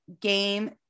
game